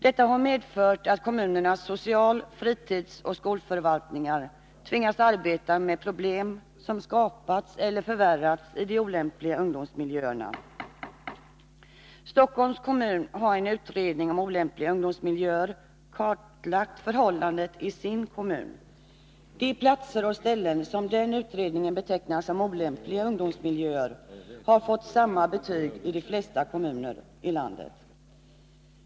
Detta har medfört att kommunernas social-, fritidsoch skolförvaltningar tvingas arbeta med problem som skapats eller förvärrats i de olämpliga ungdomsmiljöerna. Stockholms kommun har i en utredning om olämpliga ungdomsmiljöer kartlagt förhållandet i sin kommun. De platser och ställen som den utredningen betecknar som olämpliga ungdomsmiljöer har fått samma betyg av de flesta av landets kommuner.